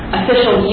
official